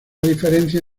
diferencia